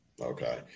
Okay